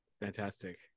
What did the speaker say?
Fantastic